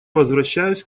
возвращаюсь